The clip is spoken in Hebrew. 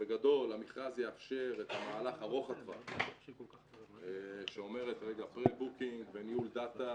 שבגדול המכרז יאפשר את מהלך ארוך הטווח שאומר פרה בוקינג וניהול דאטה,